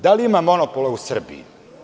Da li ima monopola u Srbiji?